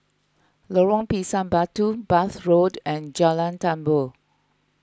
Lorong Pisang Batu Bath Road and Jalan Tambur